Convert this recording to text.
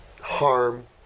harm